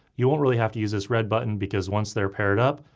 you won't really have to use this red button because once they're paired up,